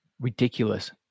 Ridiculous